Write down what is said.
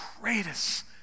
greatest